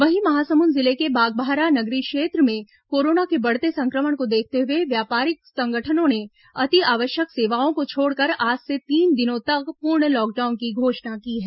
वहीं महासमुंद जिले के बागबाहरा नगरी क्षेत्र में कोरोना के बढ़ते संक्रमण को देखते हुए व्यापारिक संगठनों ने अति आवश्यक सेवाओं को छोड़कर आज से तीन दिनों तक पूर्ण लॉकडाउन की घोषणा की है